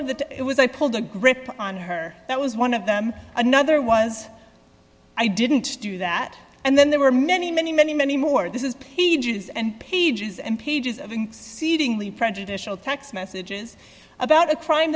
of the it was i pulled a grip on her that was one of them another was i didn't do that and then there were many many many many more this is pages and pages and pages of seeding lee prejudicial text messages about a crime